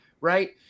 right